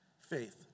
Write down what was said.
faith